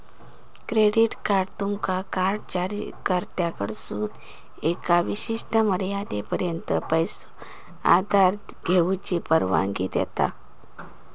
credit card तुमका card जारीकर्त्याकडसून एका विशिष्ट मर्यादेपर्यंत पैसो उधार घेऊची परवानगी देता